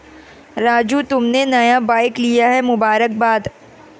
राजू तुमने नया बाइक लिया है मुबारकबाद